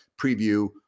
preview